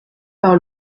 par